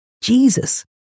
Jesus